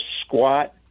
squat